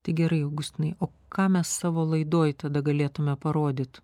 tai gerai augustinai o ką mes savo laidoj tada galėtume parodyt